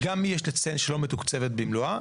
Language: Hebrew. גם צריך לציין שלא מתוקצבת במלואה,